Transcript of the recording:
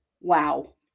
wow